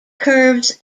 curves